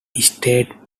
state